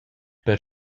per